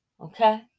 okay